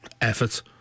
effort